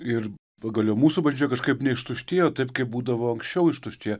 ir pagaliau mūsų bažnyčioje kažkaip neištuštėjo taip kaip būdavo anksčiau ištuštėję